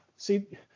See